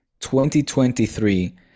2023